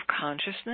consciousness